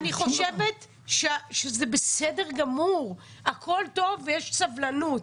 זה בסדר גמור, הכול טוב ויש סבלנות,